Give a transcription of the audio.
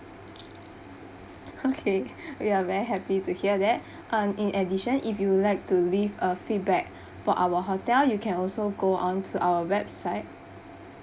okay we are very happy to hear that um in addition if you would like to leave a feedback for our hotel you can also go onto our website